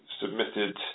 submitted